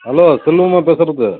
hello செல்வமா பேசுகிறது